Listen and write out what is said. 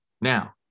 now